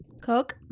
Coke